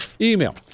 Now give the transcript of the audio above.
Email